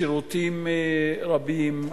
שירותים רבים,